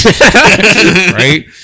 Right